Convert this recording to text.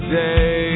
day